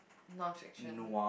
non fiction